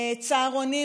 צהרונים,